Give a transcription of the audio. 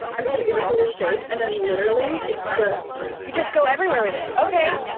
i'm just gonna give this a little shake. and then literally, it's just you just go everywhere with it, okay.